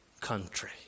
country